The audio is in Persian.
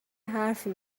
حرفی